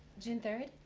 june three,